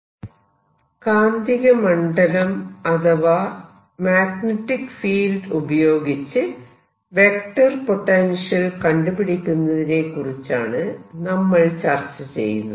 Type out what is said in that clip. ഒരു മാഗ്നെറ്റിക് ഫീൽഡിലെ vector potential കാണുന്ന രീതി കാന്തിക മണ്ഡലം അഥവാ മാഗ്നെറ്റിക് ഫീൽഡ് ഉപയോഗിച്ച് വെക്ടർ പൊട്ടൻഷ്യൽ കണ്ടുപിടിക്കുന്നതിനെ കുറിച്ചാണ് നമ്മൾ ചർച്ച ചെയ്യുന്നത്